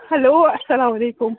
hello اسلام وعلیکُم